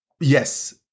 yes